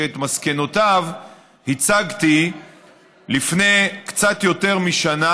שאת מסקנותיו הצגתי לפני קצת יותר משנה,